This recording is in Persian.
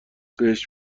بهش